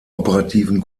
operativen